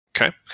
Okay